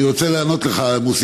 אני רוצה לענות לך, מוסי.